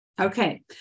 Okay